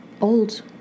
old